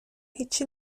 هیچی